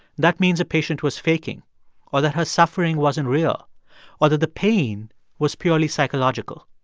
that means a patient was faking or that her suffering wasn't real or that the pain was purely psychological.